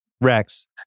Rex